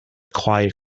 quiet